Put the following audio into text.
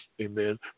amen